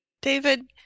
David